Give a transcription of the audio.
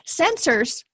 Sensors